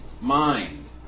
mind